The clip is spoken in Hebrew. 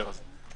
אתה מיד עולה.